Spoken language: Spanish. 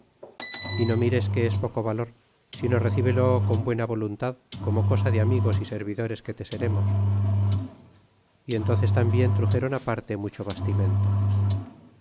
y no mires que es poco valor sino recíbelo con buena voluntad como cosa de amigos y servidores que te serémos y entónces tambien truxéron aparte mucho bastimento